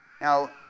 Now